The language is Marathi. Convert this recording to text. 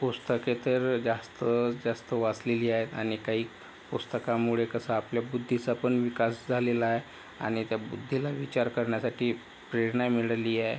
पुस्तके तर जास्त जास्त वाचलेली आहेत आणि काही पुस्तकामुळे कसं आपल्या बुद्धीचा पण विकास झालेला आहे आणि त्या बुद्धीला विचार करण्यासाठी प्रेरणा मिळाली आहे